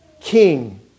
king